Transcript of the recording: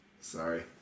Sorry